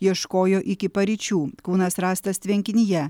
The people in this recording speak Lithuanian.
ieškojo iki paryčių kūnas rastas tvenkinyje